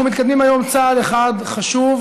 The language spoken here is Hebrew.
אנחנו מתקדמים היום צעד אחד חשוב,